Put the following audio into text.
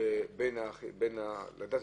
בין ידיעת